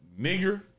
Nigger